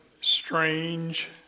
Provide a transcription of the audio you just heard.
strange